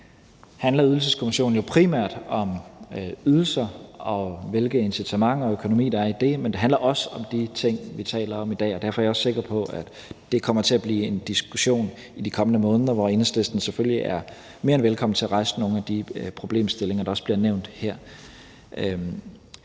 arbejde primært om ydelser og om, hvilke incitamenter og økonomi der er i det, men det handler også om de ting, vi taler om i dag. Derfor er jeg også sikker på, at det kommer til at blive en diskussion i de kommende måneder, hvor Enhedslisten selvfølgelig er mere end velkommen til at rejse nogle af de problemstillinger, der også bliver nævnt her.